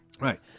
Right